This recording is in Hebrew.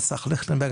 אני פסח ליכטנברג,